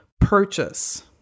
purchase